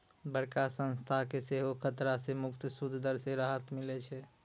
बड़का संस्था के सेहो खतरा से मुक्त सूद दर से राहत मिलै छै